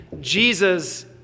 Jesus